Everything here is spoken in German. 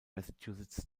massachusetts